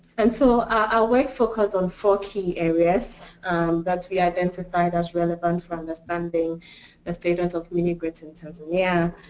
and so our work focused on four key areas that we identified as relevant for understanding the status of mini grid in tanzania. yeah